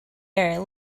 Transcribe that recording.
air